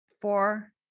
four